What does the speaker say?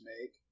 make